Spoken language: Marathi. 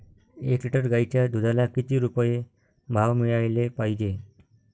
एक लिटर गाईच्या दुधाला किती रुपये भाव मिळायले पाहिजे?